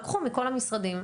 לקחו מכל המשרדים.